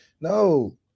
No